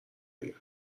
اید